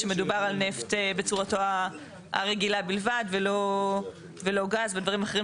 שמדובר על נפט בצורתו הרגילה בלבד ולא גז ודברים אחרים